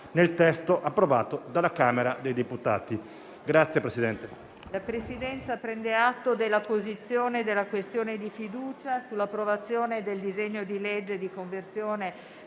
nel testo approvato dalla Camera dei deputati.